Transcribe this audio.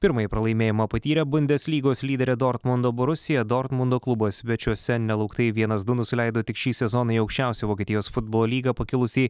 pirmąjį pralaimėjimą patyrė bundeslygos lyderė dortmundo borusija dortmundo klubas svečiuose nelauktai vienas du nusileido tik šį sezoną į aukščiausią vokietijos futbolo lygą pakilusiai